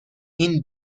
این